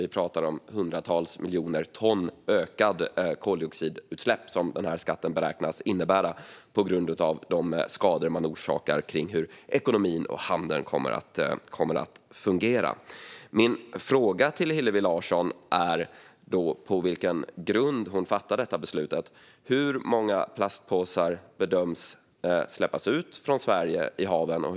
Vi talar om hundratals miljoner ton i ökat koldioxidutsläpp som skatten beräknas innebära på grund av de skador man orsakar för hur ekonomin och handeln kommer att fungera. Min fråga till Hillevi Larsson är på vilken grund hon fattar detta beslut. Hur många plastpåsar bedöms släppas ut från Sverige i haven?